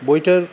বইটার